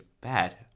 bad